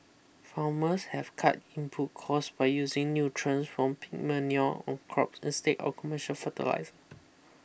farmers have cut input costs by using nutrients from pig manure on crops instead of commercial fertilizer